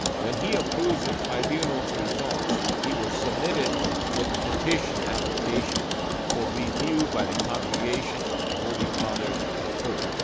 when he approves the tribunal's results, he will submit it with the petition application for review by the congregation and the holy father, the pope.